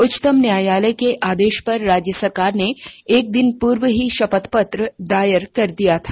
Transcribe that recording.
उच्चतम न्यायालय के आदेश पर राज्य सरकार ने एक दिन पूर्व ही शपथपत्र दायर कर दिया था